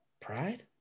Pride